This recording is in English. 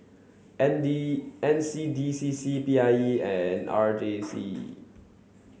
N D N C D C C P I E and R J C